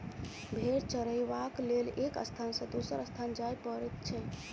भेंड़ चरयबाक लेल एक स्थान सॅ दोसर स्थान जाय पड़ैत छै